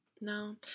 No